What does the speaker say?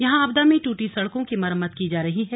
यहां आपदा में ट्रटी सड़कों की मरम्मत की जा रही है